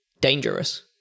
dangerous